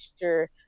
sure